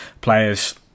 players